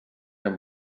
amb